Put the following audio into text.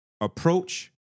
approach